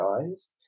guys